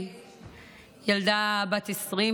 ילדה בת 20,